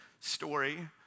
story